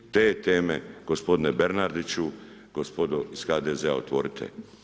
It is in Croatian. Te teme, gospodine Bernardiću, gospodo iz HDZ-a otvorite.